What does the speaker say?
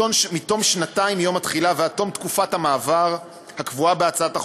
מתום שנתיים מיום התחילה ועד תום תקופת המעבר הקבועה בהצעת החוק,